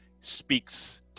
speaks